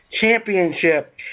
Championship